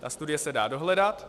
Ta studie se dá dohledat.